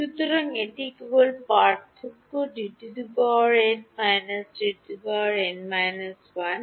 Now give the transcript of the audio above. সুতরাং এটি কেবল পার্থক্য Dn - D n − 1